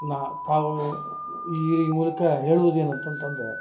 ನಾ ತಾವು ಈ ರೀ ಮೂಲಕ ಹೇಳುದ ಏನಂತ ಅಂತಂದ್ರ